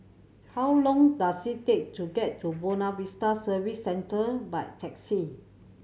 how long does it take to get to Buona Vista Service Centre by taxi